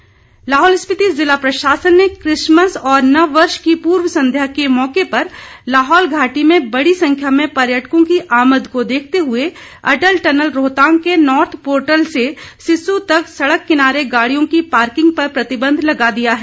प्रार्किंग लाहौल स्पीति जिला प्रशासन ने क्रिसमस और नव वर्ष की पूर्व संध्या के मौके पर लाहौल घाटी में बड़ी संख्या में पर्यटकों की आमद को देखते हुए अटल टनल रोहतांग के नॉर्थ पोर्टल से सिस्सू तक सड़क किनारे गाड़ियों की पार्किंग पर प्रतिबंध लगा दिया है